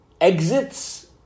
exits